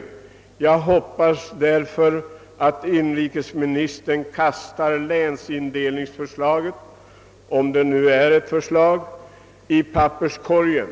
Jag hoppas därför att inrikesministern kastar länsindelningsförslaget, om det nu är ett förslag, i papperskorgen.